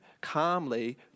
calmly